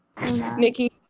Nikki